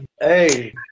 Hey